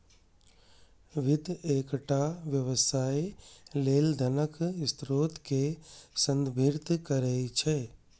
वित्त एकटा व्यवसाय लेल धनक स्रोत कें संदर्भित करै छै